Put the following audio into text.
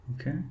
Okay